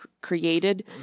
created